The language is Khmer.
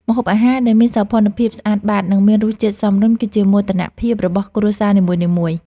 ម្ហូបអាហារដែលមានសោភ័ណភាពស្អាតបាត និងមានរសជាតិសមរម្យ គឺជាមោទនភាពរបស់គ្រួសារនីមួយៗ។